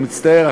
אני מצטער.